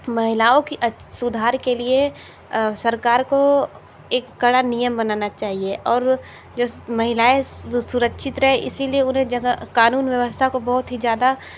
महिलाओं की अच्छ सुधार के लिए सरकार को एक कड़ा नियम बनाना चाहिए और जो महिलाएँ सुरक्षित रहे इसलिए उन्हें जगह कानून व्यवस्था को बहुत ही ज़्यादा